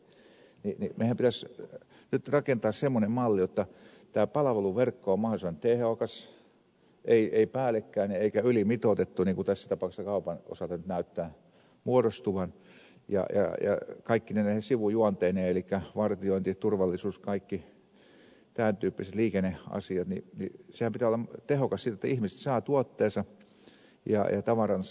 meidänhän pitäisi nyt rakentaa semmoinen malli jotta tämä palveluverkko on mahdollisimman tehokas ei päällekkäinen eikä ylimitoitettu niin kuin tässä tapauksessa kaupan osalta nyt näyttää muodostuvan kaikkine näine sivujuonteineen elikkä vartioinnin turvallisuuden kaikkien tämän tyyppisten liikenneasioiden pitää olla tehokasta jotta ihmiset saavat tuotteensa ja tavaransa